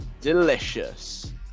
Delicious